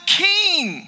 king